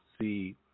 see